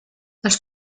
els